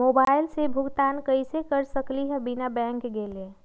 Mobile के भुगतान कईसे कर सकब बिना बैंक गईले?